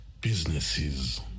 businesses